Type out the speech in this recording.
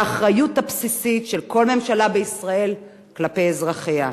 לאחריות הבסיסית של כל ממשלה בישראל כלפי אזרחיה.